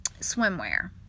Swimwear